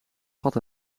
gat